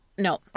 No